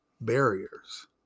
barriers